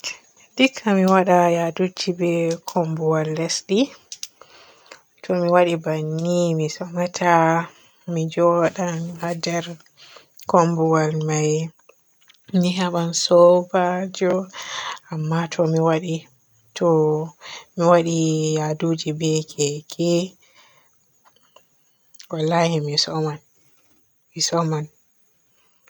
Dikka mi waada yaduuji be kumbuwal lesdi. To mi waaɗi banni mi soomata mi njoodan haa nder kombuwal may. Mi heban soobajo, amma to mi waaɗi to mi waaɗi yaduuji be keke wallahi mi sooman mi sooman.